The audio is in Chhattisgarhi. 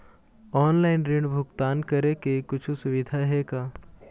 ऑनलाइन ऋण भुगतान करे के कुछू सुविधा हे का?